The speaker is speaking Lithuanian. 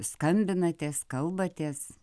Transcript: skambinatės kalbatės